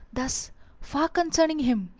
thus far concerning him,